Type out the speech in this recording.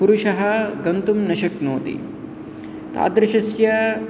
पुरुषः गन्तुं न शक्नोति तादृशस्य